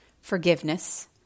Forgiveness